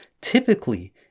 typically